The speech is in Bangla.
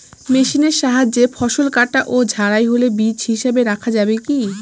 মেশিনের সাহায্যে ফসল কাটা ও ঝাড়াই হলে বীজ হিসাবে রাখা যাবে কি?